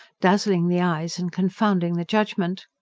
dazzling the eyes and confounding the judgment.